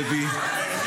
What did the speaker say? דבי,